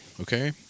okay